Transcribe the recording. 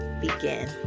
begin